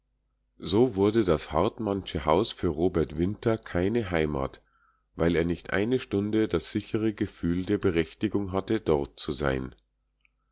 so wurde das hartmannsche haus für robert winter keine heimat weil er nicht eine stunde das sichere gefühl der berechtigung hatte dort zu sein